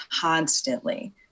constantly